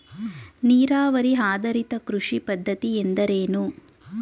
ನೀರಾವರಿ ಆಧಾರಿತ ಕೃಷಿ ಪದ್ಧತಿ ಎಂದರೇನು?